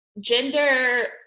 gender